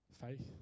Faith